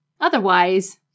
Otherwise